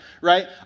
right